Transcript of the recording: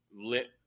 lit